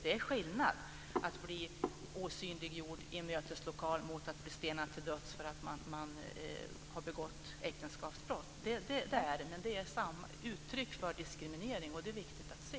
Det är skillnad på att bli osynliggjord i en möteslokal och att bli stenad till döds för att man har begått äktenskapsbrott; det är det. Men det är uttryck för samma diskriminering, och det är viktigt att se.